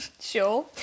sure